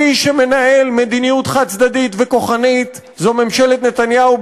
מי שמנהל מדיניות חד-צדדית וכוחנית זו ממשלת נתניהו,